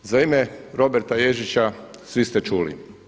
Za ime Roberta Ježića svi ste čuli.